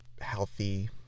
healthy